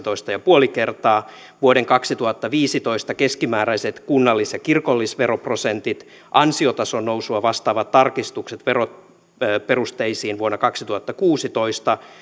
kaksitoista pilkku viisi kertaa vuoden kaksituhattaviisitoista keskimääräiset kunnallis ja kirkollisveroprosentit ansiotason nousua vastaavat tarkistukset veroperusteisiin vuonna kaksituhattakuusitoista